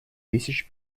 тысяч